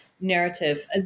narrative